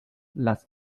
las